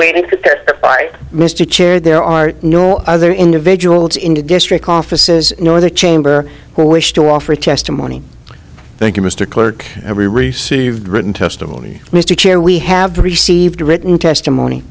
mr chair there are other individuals in the district offices nor the chamber who wish to offer testimony thank you mr clerk every received written testimony mr chair we have received written testimony